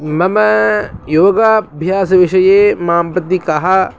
मम योगाभ्यासविषये मां प्रति क